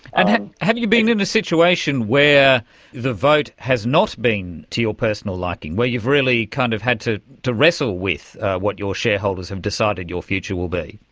and have you been in a situation where the vote has not been to your personal liking, where you've really kind of had to to wrestle with what your shareholders have decided your future will be?